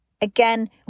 Again